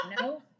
No